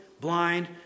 blind